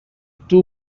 two